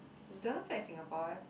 doesn't feel like Singapore